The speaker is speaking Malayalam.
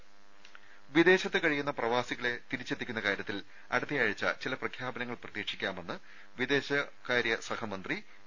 രുദ വിദേശത്ത് കഴിയുന്ന പ്രവാസികളെ തിരിച്ചെത്തിക്കുന്ന കാര്യത്തിൽ അടുത്തയാഴ്ച്ച പ്രഖ്യാപനങ്ങൾ പ്രതീക്ഷിക്കാമെന്ന് വിദേശകാര്യ സഹമന്ത്രി വി